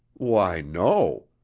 why, no.